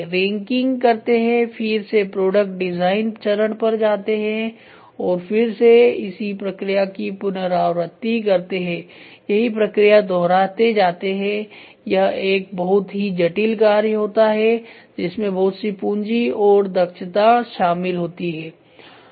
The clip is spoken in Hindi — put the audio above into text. रैंकिंग करते हैं और फिर से प्रोडक्ट डिजाइन चरण पर जाते हैं और फिर से इसी प्रक्रिया की पुनरावृत्ति करते हैं यही प्रक्रिया दोहराते जाते हैं यह एक बहुत ही जटिल कार्य होता है जिसमें बहुत सी पूंजी और दक्षता शामिल होती है